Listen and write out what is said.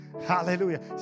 Hallelujah